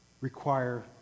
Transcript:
require